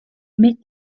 met